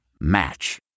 Match